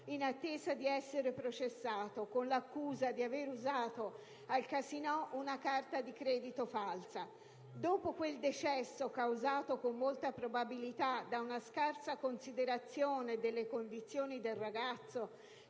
in attesa di essere processato con l'accusa di aver usato al casinò una carta di credito falsa. Dopo quel decesso, causato con molta probabilità da una scarsa considerazione delle condizioni del ragazzo,